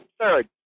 Third